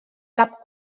cap